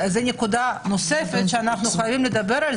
זו נקודה נוספת עליה אנחנו חייבים לדבר.